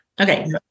okay